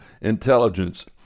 intelligence